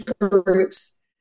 groups